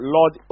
Lord